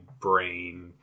brain